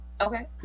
okay